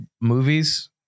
movies